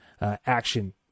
action